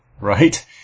right